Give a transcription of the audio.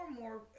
more